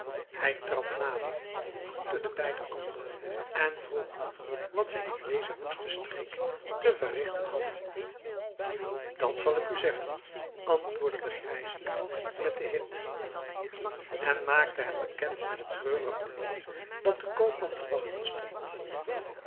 hij trad nader groette de beide anderen en vroeg hun wat zij in deze woeste streek te verrigten hadden dat zal ik u zeggen antwoordde de grijsaard met de hinde en maakte hem bekend met het treurige lot dat den koopman te wachten stond